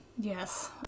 Yes